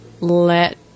let